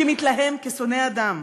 כמתלהם, כשונא אדם.